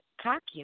cocky